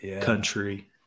country